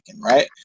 right